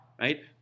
Right